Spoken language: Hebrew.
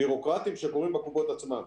ביורוקרטיים שקורים בקופות עצמן.